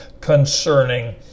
concerning